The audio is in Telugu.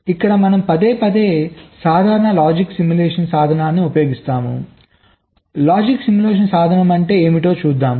ఇక్కడ మనం పదేపదే సాధారణ లాజిక్ సిమ్యులేషన్ సాధనాన్ని ఉపయోగిస్తున్నాం లాజిక్ సిమ్యులేషన్ సాధనం అంటే ఏమిటో చూద్దాం